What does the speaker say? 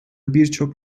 birçok